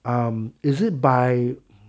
um is it by